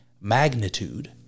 magnitude